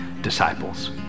disciples